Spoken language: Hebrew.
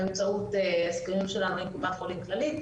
באמצעות הסכמים שלנו עם קופת חולים כללית,